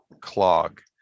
clog